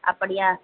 அப்படியா